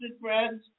friends